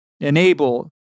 enable